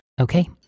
Okay